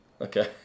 Okay